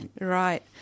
Right